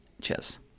cheers